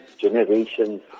generations